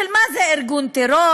של מה זה ארגון טרור,